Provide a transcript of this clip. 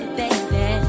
baby